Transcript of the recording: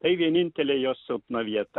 tai vienintelė jos silpna vieta